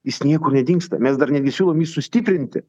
jis niekur nedingsta mes dar netgi siūlom jį sustiprinti